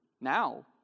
now